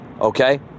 Okay